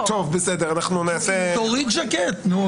יש מקום לפיקוח שלכם,